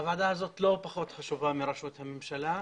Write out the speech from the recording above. הוועדה הזאת לא פחות חשובה מראשות הממשלה,